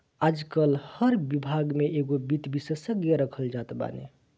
आजकाल हर विभाग में एगो वित्त विशेषज्ञ रखल जात बाने